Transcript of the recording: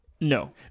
No